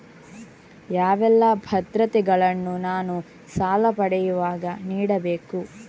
ಯಾವೆಲ್ಲ ಭದ್ರತೆಗಳನ್ನು ನಾನು ಸಾಲ ಪಡೆಯುವಾಗ ನೀಡಬೇಕು?